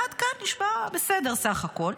עד כאן נשמע בסדר, בסך הכול.